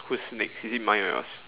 who's next is it mine or yours